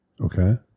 Okay